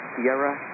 Sierra